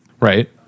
Right